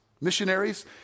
missionaries